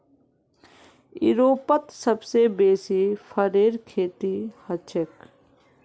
यूरोपत सबसे बेसी फरेर खेती हछेक